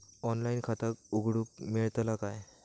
Online खाता उघडूक मेलतला काय?